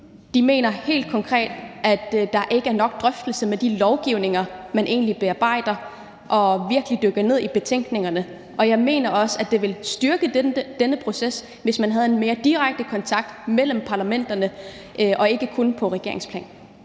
mener de helt konkret, at der ikke er nok drøftelse i forbindelse med de lovgivninger, man egentlig bearbejder, og hvor man virkelig dykker ned i betænkningerne. Jeg mener også, at det ville styrke denne proces, hvis man havde en mere direkte kontakt mellem parlamenterne og ikke kun på regeringsplan.